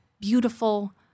beautiful